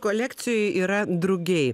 kolekcijoj yra drugiai